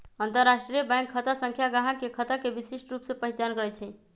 अंतरराष्ट्रीय बैंक खता संख्या गाहक के खता के विशिष्ट रूप से पहीचान करइ छै